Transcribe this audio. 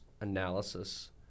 analysis